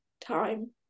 time